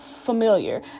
Familiar